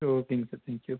sir ஓகேங்க sir thank you